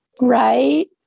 Right